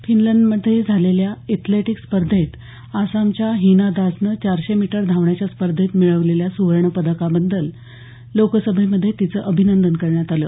फिनलंडमध्ये झालेल्या एथलेटिक्स स्पर्धेत आसामच्या हीना दासनं चारशे मीटर धावण्याच्या स्पर्धेत मिळवलेल्या सुवर्णपदकाबद्दल लोकसभेमध्ये तिचं अभिनंदन करण्यात आलं